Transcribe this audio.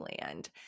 land